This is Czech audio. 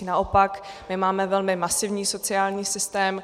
Naopak my máme velmi masivní sociální systém.